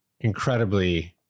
incredibly